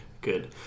Good